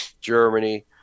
Germany